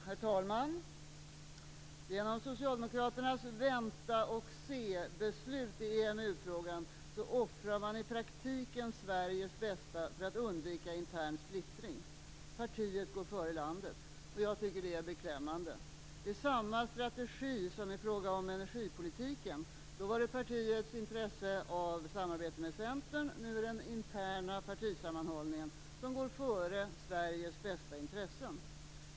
Herr talman! Genom Socialdemokraternas väntaoch-se-beslut i EMU-frågan offrar man i praktiken Sveriges bästa för att undvika intern splittring. Partiet går före landet. Jag tycker att det är beklämmande. Det är samma strategi som i fråga om energipolitiken. Då var det partiets intresse av samarbete med Centern, nu är det den interna partisammanhållningen som går före Sveriges intressen.